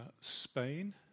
Spain